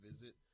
visit